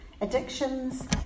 addictions